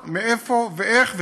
קבעה מאיפה ואיך,